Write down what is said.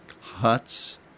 huts